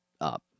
up